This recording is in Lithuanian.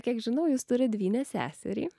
kiek žinau jis turi dvynę seserį